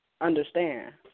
understand